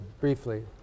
briefly